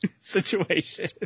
situation